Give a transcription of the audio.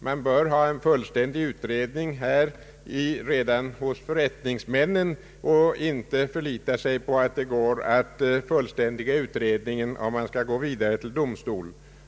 Man bör redan vid förrättningstillfället ha en fullständig utredning och inte förlita sig på att det går att fullständiga utredningen, om man måste gå vidare till domstol.